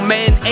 Man